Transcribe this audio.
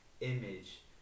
image